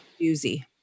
doozy